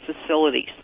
facilities